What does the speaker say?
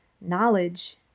knowledge